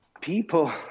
People